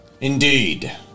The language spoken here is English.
indeed